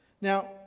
Now